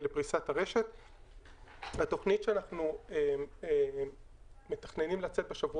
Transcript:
לתוכם נכנסים בתי חולים,